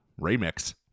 remix